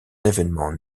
événements